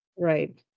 Right